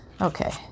Okay